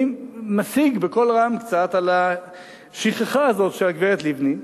אני קצת משיג בקול רם על השכחה הזאת של גברת לבני,